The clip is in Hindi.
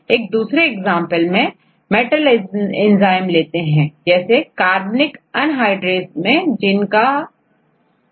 एक दूसरेउदाहरण में मेटल एंजाइम देखते हैं जैसे अधिकतर कार्बनिक अनहाइड्रेस में जिंक आयन होता है